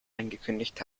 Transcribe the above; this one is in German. angekündigt